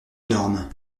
énormes